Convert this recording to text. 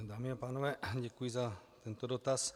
Dámy a pánové, děkuji za tento dotaz.